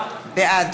בעד